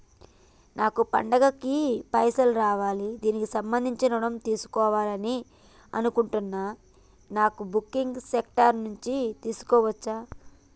నాకు పండగ కి పైసలు కావాలి దానికి సంబంధించి ఋణం తీసుకోవాలని అనుకుంటున్నం నాన్ బ్యాంకింగ్ సెక్టార్ నుంచి తీసుకోవచ్చా?